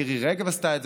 מירי רגב עשתה את זה,